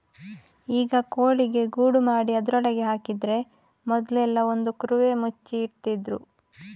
ಈಗ ಕೋಳಿಗೆ ಗೂಡು ಮಾಡಿ ಅದ್ರೊಳಗೆ ಹಾಕಿದ್ರೆ ಮೊದ್ಲೆಲ್ಲಾ ಒಂದು ಕುರುವೆ ಮುಚ್ಚಿ ಇಡ್ತಿದ್ರು